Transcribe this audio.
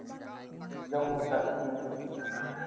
Jammu Kashmir